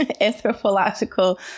anthropological